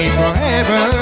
forever